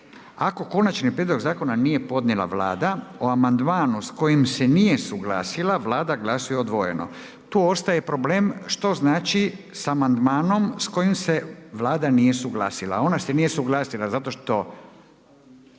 „Ako konačni prijedlog zakona nije podnijela Vlada, o amandmanu s kojim se nije suglasila Vlada glasuje odvojeno“. Tu ostaje problem što znači sa amandmanom sa kojim se Vlada nije suglasila. Ona se nije suglasila zato što